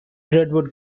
redwood